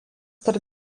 tarp